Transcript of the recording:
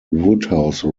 woodhouse